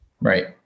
Right